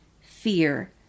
fear